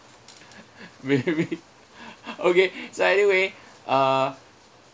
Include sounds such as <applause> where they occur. maybe <laughs> okay so anyway uh